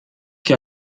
que